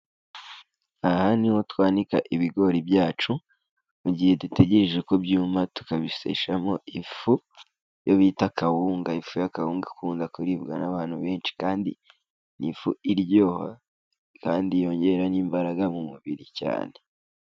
Aha ni ho twanika ibigori byacu mu gihe dutegereje ko byuma tukabiseshamo ifu, iyo bita kawunga, ifu y'akawunga ikunda kuribwa n'abantu benshi kandi n'ifu iryoha kandi yongera n'imbaraga mu mubiri cyane.